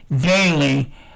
daily